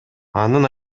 анын